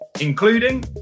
including